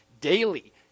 daily